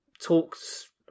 talks